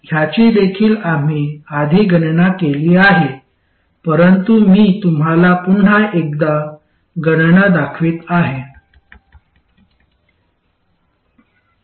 आणि ह्याची देखील आम्ही आधी गणना केली आहे परंतु मी तुम्हाला पुन्हा एकदा गणना दाखवित आहे